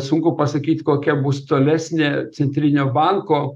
sunku pasakyt kokia bus tolesnė centrinio banko